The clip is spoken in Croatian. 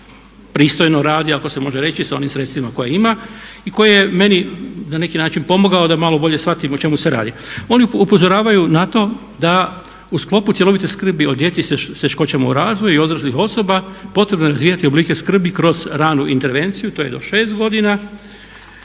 koji pristojno radi ako se može reći sa onim sredstvima koja ima i koji je meni na neki način pomogao da malo bolje shvatim o čemu se radi. Oni upozoravaju na to da u sklopu cjelovite skrbi o djeci s teškoćama u razvoju i odraslih osoba potrebno je razvijati oblike skrbi kroz ranu intervenciju to je do 6 godina,